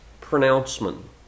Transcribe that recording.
pronouncement